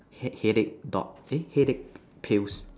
head headache dot eh headache pills